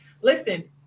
listen